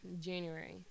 January